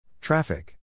Traffic